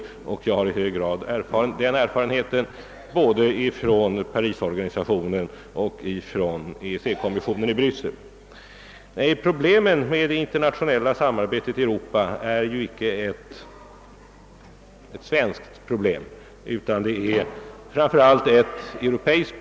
Jag har också kunnat konstatera detta vid mitt arbete både i Parisorganisationen och i EEC-kommissionen i Bryssel. Problemet med det internationella samarbetet i Europa är alltså inte ett svenskt problem utan framför allt ett europeiskt.